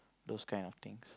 those kind of things